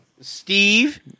Steve